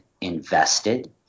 invested